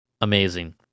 Amazing